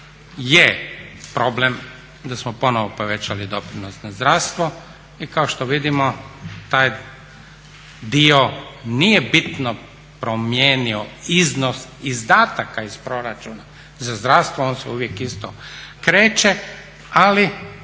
je problem da smo ponovno povećali doprinos na zdravstvo i kao što vidimo taj dio nije bitno promijenio iznos izdataka iz proračuna za zdravstvo, on se uvijek isto kreće ali